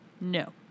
No